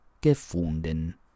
gefunden